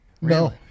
No